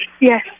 Yes